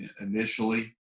initially